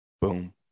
boom